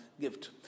gift